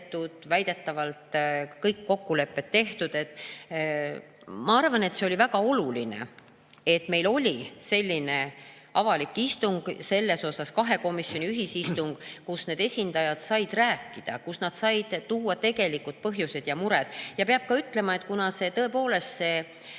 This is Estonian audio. väidetavalt on kõik kokkulepped tehtud. Ma arvan, et see oli väga oluline, et meil oli selline avalik istung, kahe komisjoni ühisistung, kus need esindajad said rääkida, kus nad said tuua välja tegelikud põhjused ja mured. Ja peab ütlema, et tõepoolest, see